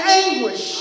anguish